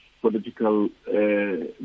political